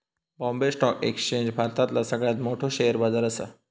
Bombay stock exchange भारतातला सगळ्यात मोठो शेअर बाजार असा